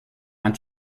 and